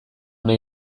nahi